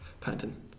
panting